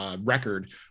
record